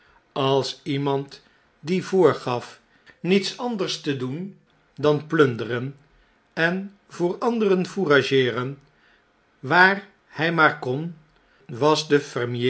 als iemand die voorgaf niets anders te doen dan plunderen en voor anderen fourageeren waar hij maar kon was de